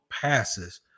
passes